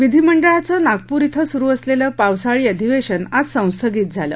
विधीमंडळाचं नागपूर इथं सुरू असलेलं पावसाळी अधिवेशन आज संस्थगित झालं